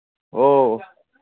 ꯑꯣ